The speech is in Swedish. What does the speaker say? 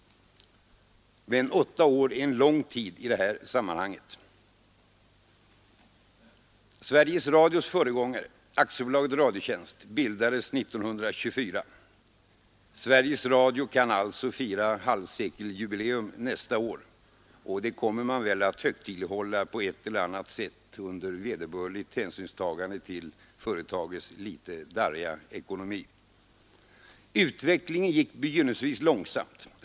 Men åtta år är en lång tid i det här sammanhanget. Sveriges Radios föregångare, AB Radiotjänst, bildades 1924. Sveriges Radio kan alltså fira halvsekeljubileum nästa år — och det kommer man väl att högtidlighålla på ett eller annat sätt under vederbörligt hänsynstagande till företagets litet darriga ekonomi. Utvecklingen gick begynnelsevis långsamt.